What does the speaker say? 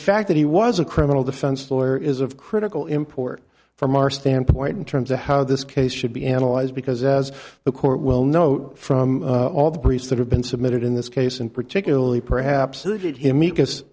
fact that he was a criminal defense lawyer is of critical import from our standpoint in terms of how this case should be analyzed because as the court will note from all the priests that have been submitted in this case and particularly perhaps it